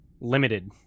limited